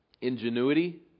Ingenuity